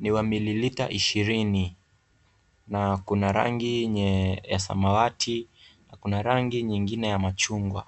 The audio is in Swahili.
ni wa mililita ishirini na kuna rangi yenye samawati na kuna rangi nyingine ya machungwa.